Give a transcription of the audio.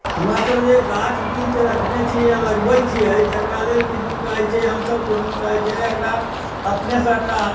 हमरासभ जे गाछ वृक्ष जे रखने छी या लगबैत छियै तकरा लेल किदुन कहैत छै हमसभ किदुन कहै छै एकरा अपनेसँ एकरा